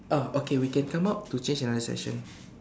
oh okay we can come out to change another session